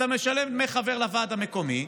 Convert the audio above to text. אתה משלם דמי חבר לוועד המקומי,